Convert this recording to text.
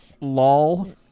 Lol